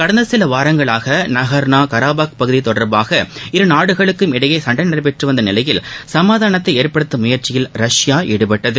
கடந்த சில வாரங்களாக நகோர்னா கராபக் பகுதி தொடர்பாக இருநாடுகளுக்கும் இடையே கடும் சண்டை நடைபெற்று வந்த நிலையில் சமாதானத்தை ஏற்படுத்தும் முயற்சியில் ரஷ்யா ஈடுபட்டது